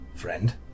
Friend